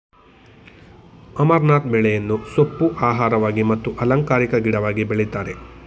amaranth ಬೆಳೆಯನ್ನು ಸೊಪ್ಪು, ಆಹಾರವಾಗಿ ಮತ್ತು ಅಲಂಕಾರಿಕ ಗಿಡವಾಗಿ ಬೆಳಿತರೆ